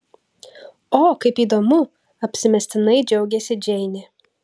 o kaip įdomu apsimestinai džiaugėsi džeinė